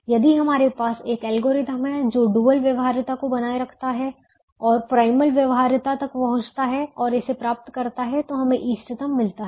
यदि हमारे पास एक एल्गोरिथ्म है जो डुअल व्यवहार्यता को बनाए रखता है और प्राइमल व्यवहार्यता तक पहुंचता है और इसे प्राप्त करता है तो हमें इष्टतम मिलता है